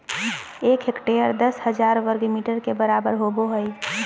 एक हेक्टेयर दस हजार वर्ग मीटर के बराबर होबो हइ